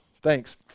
Thanks